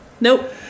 Nope